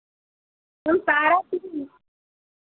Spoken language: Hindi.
हम सारा चीज़